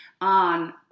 On